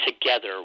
together